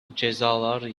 cezalar